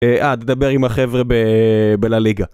אה, תדבר עם החבר'ה ב... בלליגה